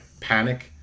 panic